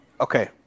Okay